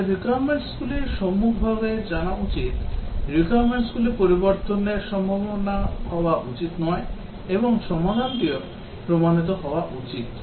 আমাদের requirementsগুলি সম্মুখভাগে জানা উচিত requirementsগুলি পরিবর্তনের সম্ভাবনা হওয়া উচিত নয় এবং সমাধানটিও প্রমাণিত হওয়া উচিত